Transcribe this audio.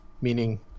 meaning